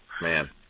Man